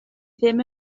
ddim